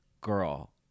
girl